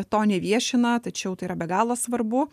to neviešina tačiau tai yra be galo svarbu